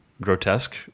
grotesque